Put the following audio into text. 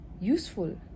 useful